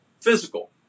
physical